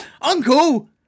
Uncle